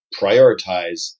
prioritize